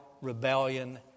rebellion